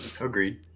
agreed